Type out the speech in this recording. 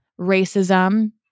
racism